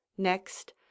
Next